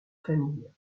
famille